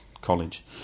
college